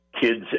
kids